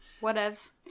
Whatevs